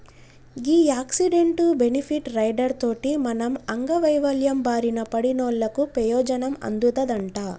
గీ accident, benefit rider తోటి మనం అంగవైవల్యం బారిన పడినోళ్ళకు పెయోజనం అందుతదంట